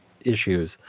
issues